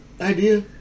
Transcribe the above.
idea